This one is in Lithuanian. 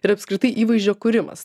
ir apskritai įvaizdžio kūrimas